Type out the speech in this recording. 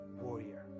warrior